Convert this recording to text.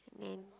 and then